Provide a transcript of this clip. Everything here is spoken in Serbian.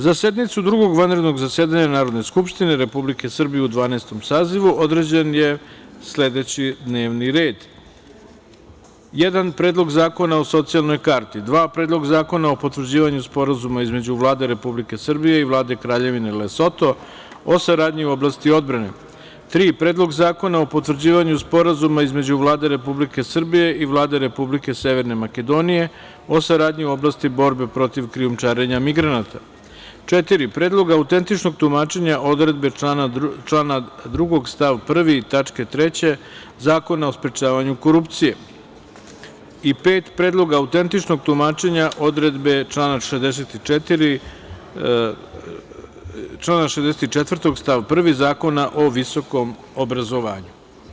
Za sednicu Drugog vanrednog zasedanja Narodne skupštine Republike Srbije u Dvanaestom sazivu, određen je sledeći D n e v n i r e d: 1. Predlog zakona o socijalnoj karti, 2. Predlog zakona o potvrđivanju Sporazuma između Vlade Republike Srbije i Vlade Kraljevine Lesoto o saradnji u oblasti odbrane, 3. Predlog zakona o potvrđivanju Sporazuma između Vlade Republike Srbije i Vlade Republike Severne Makedonije o saradnji u oblasti borbe protiv krijumčarenja migranata, 4. Predlog autentičnog tumačenja odredbe člana 2. stav 1. tačka 3) Zakona o sprečavanju korupcije, 5. Predlog autentičnog tumačenja odredbe člana 64. stav 1. Zakona o visokom obrazovanju obrazovanju.